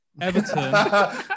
Everton